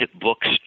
Books